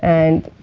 and